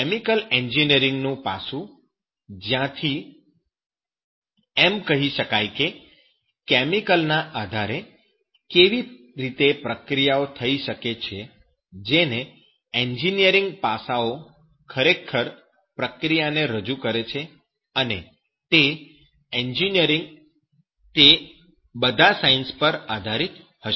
chemical engineering નું પાસું જ્યાંથી એમ કહી શકાય કે કેમિકલ ના આધારે કેવી રીતે પ્રક્રિયા કરી શકાય છે જેથી એન્જિનિયરિંગ પાસાઓ ખરેખર પ્રક્રિયાને રજૂ કરે છે અને તે એન્જિનિયરીંગ તે બધા સાયન્સ પર આધારિત હશે